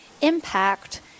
impact